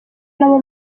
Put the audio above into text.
nabo